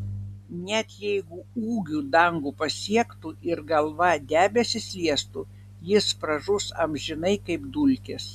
net jeigu ūgiu dangų pasiektų ir galva debesis liestų jis pražus amžinai kaip dulkės